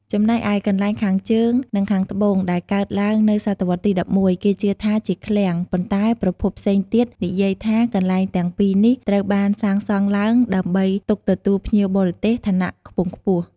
ចំណែកឯកន្លែងខាងជើង និងខាងត្បូងដែលកើតឡើងនៅសតវត្សរ៍ទី១១ គេជឿថាជាឃ្លាំង ប៉ុន្តែប្រភពផ្សេងទៀតនិយាយថាកន្លែងទាំងពីរនេះត្រូវបានសាងសង់ឡើងដើម្បីទុកទទួលភ្ញៀវបរទេសឋានៈខ្ពង់ខ្ពស់។